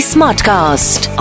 Smartcast